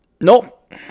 nope